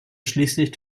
schließlich